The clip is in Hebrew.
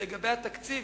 לגבי התקציב,